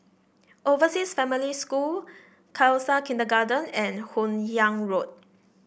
Overseas Family School Khalsa Kindergarten and Hun Yeang Road